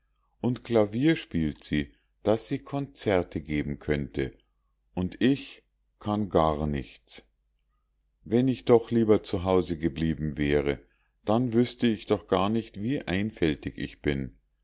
und klavier spielt sie daß sie konzerte geben könnte und ich kann gar nichts wenn ich doch lieber zu hause geblieben wäre dann wüßte ich doch gar nicht wie einfältig ich bin